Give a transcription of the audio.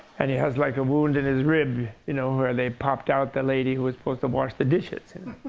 and he has like a wound in his rib you know where they popped out the lady who was supposed to wash the dishes.